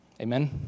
Amen